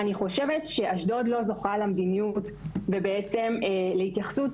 ואני חושבת שאשדוד לא זוכה למדיניות ובעצם להתייחסות